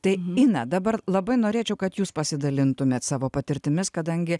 tai ina dabar labai norėčiau kad jūs pasidalintumėt savo patirtimis kadangi